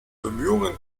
bemühungen